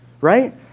right